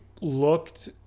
looked